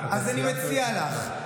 אז אני מציע לך,